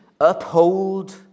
uphold